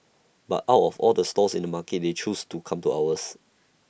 but out of all the stalls in the market they chose to come to ours